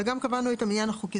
וגם קבענו את המניין החוקי.